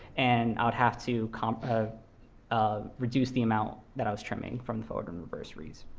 and i'd have to kind of um reduce the amount that i was trimming from forward and reverse reads.